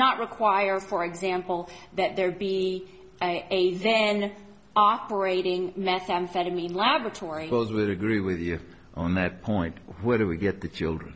not require for example that there be a zen operating methamphetamine laboratory wells would agree with you on that point where do we get the children